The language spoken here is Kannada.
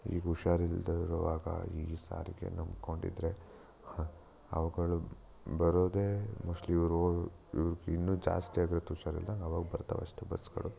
ಈಗ ಹುಷಾರಿಲ್ದೋರು ಆಗ ಈ ಸಾರಿಗೆ ನಂಬಿಕೊಂಡಿದ್ರೆ ಹ ಅವುಗಳು ಬರೋದೇ ಮೋಸ್ಟ್ಲಿ ಇವ್ರು ಹೋಗಿ ಇನ್ನು ಜಾಸ್ತಿಯಾಗತ್ತೆ ಹುಷಾರಿಲ್ದಂಗೆ ಅವಾಗ ಬರ್ತವಷ್ಟೇ ಬಸ್ಗಳು